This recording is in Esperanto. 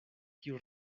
kiu